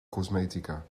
cosmetica